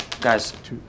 Guys